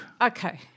Okay